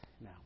now